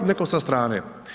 Neko sa strane.